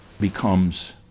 becomes